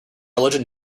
religion